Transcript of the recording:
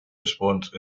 response